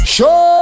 Show